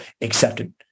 accepted